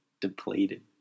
depleted